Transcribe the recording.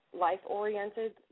life-oriented